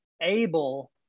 able